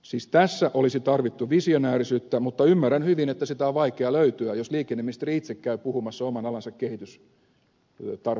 siis tässä olisi tarvittu visionäärisyyttä mutta ymmärrän hyvin että sitä on vaikea löytyä jos liikenneministeri itse käy puhumassa oman alansa kehitystarpeita vastaan